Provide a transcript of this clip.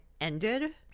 ended